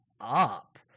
up